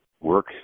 work